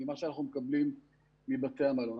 ממה שאנחנו מקבלים מבתי המלון.